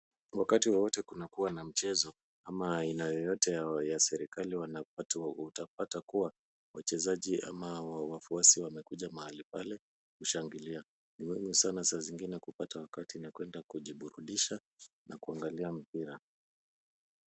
Wakati wowote kunakua na mchezo ama aina yoyote ya serekali utapata kuwa wachezaji ama wafuasi wamekuja mahali pale kushangili. Ni muhimu sana saa zingine kupata wakati na kuenda kujiburudisha na kuangalia mpira.